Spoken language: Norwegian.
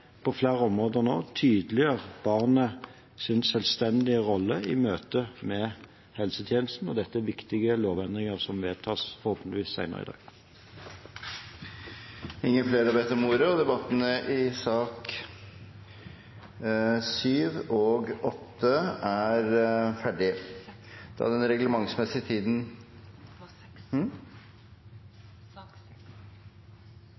på flere områder tydeliggjør barnets selvstendige rolle i møte med helsetjenesten. Dette er viktige lovendringer, som vedtas, forhåpentligvis, senere i dag. Flere har ikke bedt ordet til sak nr. 6. Etter ønske fra helse- og omsorgskomiteen vil presidenten foreslå at sakene nr. 7 og